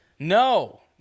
No